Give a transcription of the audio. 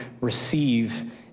receive